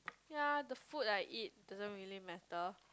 ya the food I eat doesn't really matter